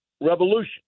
revolution